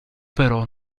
però